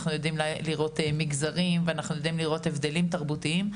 אנחנו לראות מגזרים ואנחנו יודעים לראות הבדלים תרבותיים,